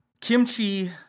kimchi